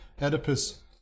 oedipus